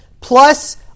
plus